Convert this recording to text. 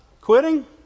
quitting